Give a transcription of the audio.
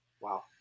Wow